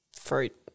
fruit